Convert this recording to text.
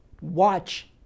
Watch